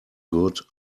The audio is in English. good